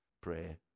Pray